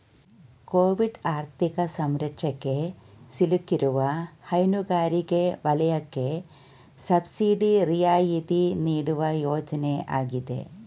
Covid ಆರ್ಥಿಕ ಸಂಕಷ್ಟಕ್ಕೆ ಸಿಲುಕಿರುವ ಹೈನುಗಾರಿಕೆ ವಲಯಕ್ಕೆ ಸಬ್ಸಿಡಿ ರಿಯಾಯಿತಿ ನೀಡುವ ಯೋಜನೆ ಆಗಿದೆ